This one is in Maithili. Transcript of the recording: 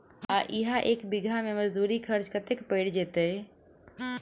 आ इहा एक बीघा मे मजदूरी खर्च कतेक पएर जेतय?